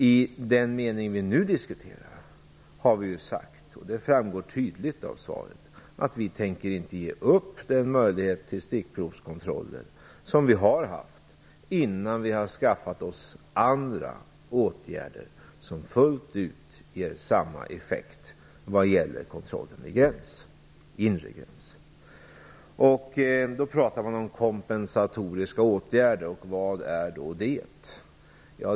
I den mening vi nu diskuterar har regeringen sagt, och det framgår tydligt av svaret, att vi inte tänker ge upp den möjlighet till stickprovskontroller som vi har haft innan vi har skaffat oss andra åtgärder som fullt ut ger samma effekt vad gäller kontrollen vid inre gräns. Man talar om kompensatoriska åtgärder. Vad är då detta?